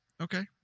Okay